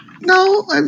No